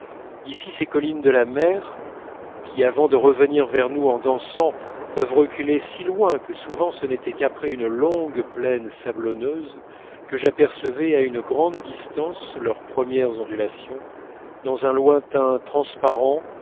ici ces collines de la mer qui avant de revenir vers nous en dansant peuvent reculer si loin que souvent ce n'était qu'après une longue plaine sablonneuse que j'apercevais à une grande distance leurs premières ondulations dans un lointain transparent